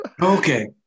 Okay